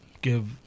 give